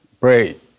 pray